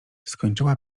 skończyła